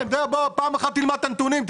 פעם אחת תלמד את הנתונים.